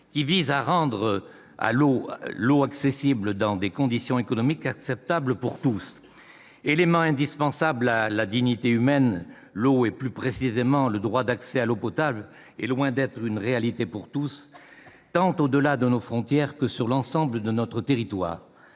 en effet à rendre l'eau accessible dans des conditions économiques acceptables pour tous. Élément indispensable à la dignité humaine, l'eau ou, plus précisément, le droit d'accès à l'eau potable est loin d'être une réalité pour tous, tant au-delà de nos frontières que sur l'ensemble de notre territoire.